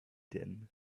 din